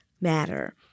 matter